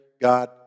God